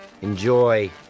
Enjoy